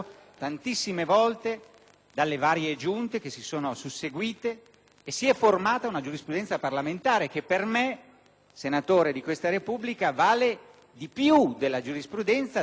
dalle varie Giunte che si sono susseguite e si è formata una giurisprudenza parlamentare che per me, senatore di questa Repubblica, vale di più della giurisprudenza della Corte costituzionale